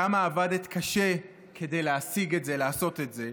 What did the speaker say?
כמה עבדת קשה כדי להשיג את זה, לעשות את זה,